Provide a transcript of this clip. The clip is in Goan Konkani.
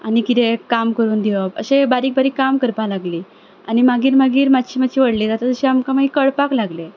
आनी कितें काम करून दिवप अशें बारीक बारीक काम करपाक लागलीं आनी मागीर मागीर मातशीं मातशीं व्हडलीं जातच आमकां मागीर कळपाक लागलें